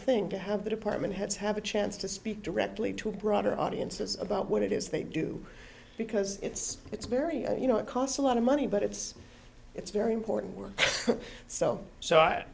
thing to have the department heads have a chance to speak directly to a broader audience is about what it is they do because it's it's very i you know it costs a lot of money but it's it's very important work so so i